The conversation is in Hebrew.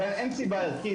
לכן אין סיבה ערכית